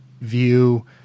view